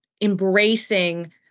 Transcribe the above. embracing